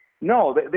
No